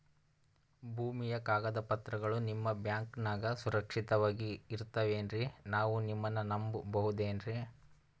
ಭೂಮಿಯ ಕಾಗದ ಪತ್ರಗಳು ನಿಮ್ಮ ಬ್ಯಾಂಕನಾಗ ಸುರಕ್ಷಿತವಾಗಿ ಇರತಾವೇನ್ರಿ ನಾವು ನಿಮ್ಮನ್ನ ನಮ್ ಬಬಹುದೇನ್ರಿ?